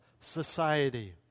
society